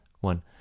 one